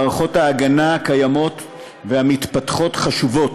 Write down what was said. מערכות ההגנה הקיימות והמתפתחות חשובות,